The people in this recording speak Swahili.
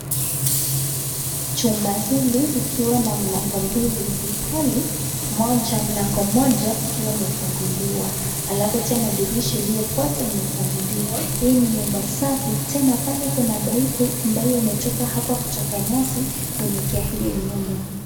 Jumba hili ikiwa na mlango mbili ilhali moja, mlango moja ikiwa imefunguliwa halafu tena dirisha iliyofuata imefunguliwa. Hii ni nyumba safi. Tena pale kuna paipu ambayo imetoka hapa kutoka nyasi kuelekea hiyo nyumba.